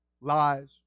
lies